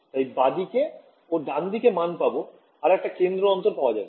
তাই বাঁদিকে ও ডানদিকে মান পাবো আর একটা কেন্দ্র দূরত্ব পাওয়া যাবে